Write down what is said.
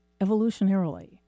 evolutionarily